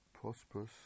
Prosperous